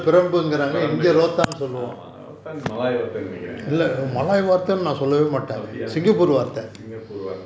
பெரம்பு ஆமா:perambu aama rotan வார்த்தையேனு நினைக்கிறேன் அப்படியா:vaarthaiyenu ninaikuraen appadiya singapore வார்த்தை:vaarthai